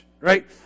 right